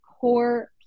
core